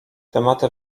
tematy